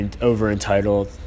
over-entitled